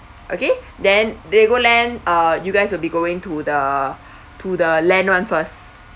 okay then legoland uh you guys will be going to the to the land one first